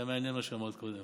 זה היה מעניין, מה שאמרת קודם.